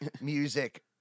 music